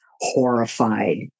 horrified